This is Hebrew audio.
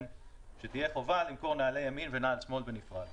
שתהיה חובה למכור נעל ימין ונעל שמאל בנפרד.